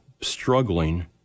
struggling